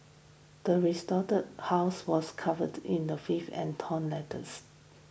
the desolated house was covered in the filth and torn letters